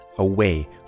away